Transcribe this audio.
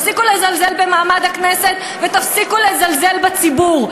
תפסיקו לזלזל במעמד הכנסת ותפסיקו לזלזל בציבור.